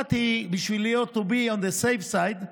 אמרתי שבשביל להיות on the safe side,